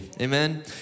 amen